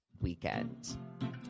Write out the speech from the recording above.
weekend